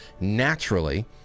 naturally